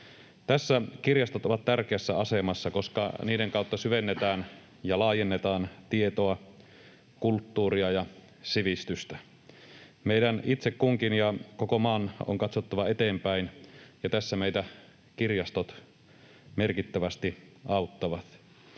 Tässä kirjastot ovat tärkeässä asemassa, koska niiden kautta syvennetään ja laajennetaan tietoa, kulttuuria ja sivistystä. Meidän itse kunkin ja koko maan on katsottava eteenpäin, ja tässä meitä kirjastot merkittävästi auttavat.